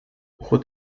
уход